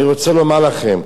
אני רוצה לומר לכם,